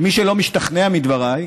מי שלא משתכנע מדבריי,